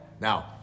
Now